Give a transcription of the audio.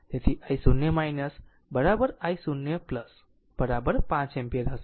તેથી i0 i0 5 ampere હશે